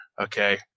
okay